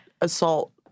assault